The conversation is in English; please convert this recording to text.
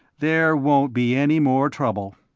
there won't be any more trouble.